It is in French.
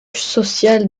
social